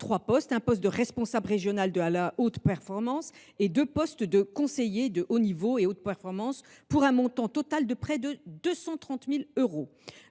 trois postes : un poste de responsable régional de la haute performance et deux postes de conseiller haut niveau et haute performance, pour un montant total de 230 000 euros.